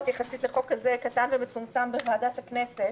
יחסית לחוק כזה קטן ומצומצם בוועדת הכנסת,